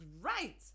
right